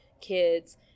kids